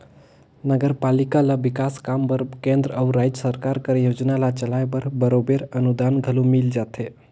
नगरपालिका ल बिकास काम बर केंद्र अउ राएज सरकार कर योजना ल चलाए बर बरोबेर अनुदान घलो मिल जाथे